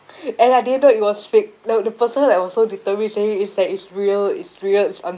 and I didn't know it was fake like the person like was so determined saying it's like it's real it's real it's au~